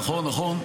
נכון.